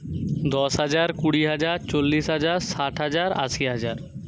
দশ হাজার কুড়ি হাজার চল্লিশ হাজার ষাট হাজার আশি হাজার